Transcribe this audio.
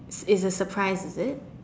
it's a surprise is it